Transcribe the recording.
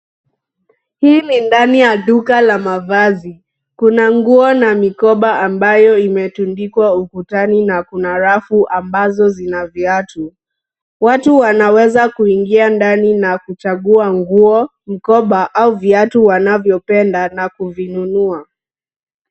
Hii ni ndani ya duka la mavazi. Kuna nguo na mikoba ambayo imetundikwa ukutani na kuna rafu ambazo zina viatu. Watu wanaweza kuingia ndani na kuchagua nguo, mkoba au viatu wanavyopenda na kuvinunua.